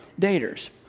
daters